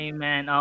Amen